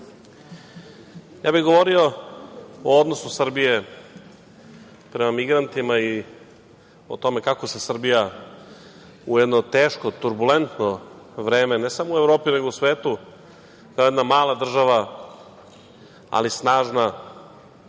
prenos, govorio bih o odnosu Srbije prema migrantima i o tome kako se Srbija u jedno teško, turbulentno vreme ne samo u Evropi, nego i u svetu, to je jedna mala država, ali snažna,